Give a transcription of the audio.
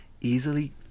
easily